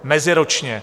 Meziročně!